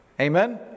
Amen